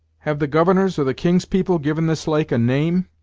have the governor's or the king's people given this lake a name?